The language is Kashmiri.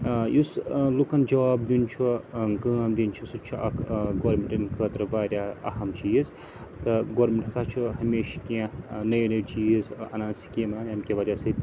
ٲں یُس ٲں لوکَن جوٛاب دیٛن چھُ ٲں کٲم دِنۍ چھِ سُہ تہِ چھُ اَکھ ٲں گورمِنٹَن خٲطرٕ واریاہ أہم چیٖز تہٕ گورمیٚنٛٹ ہسا چھُ ہمیشہِ کیٚنٛہہ ٲں نٔے نٔے چیٖز اَنان سِکیٖم اَنان ییٚمہِ کہِ وَجہ سۭتۍ